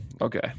Okay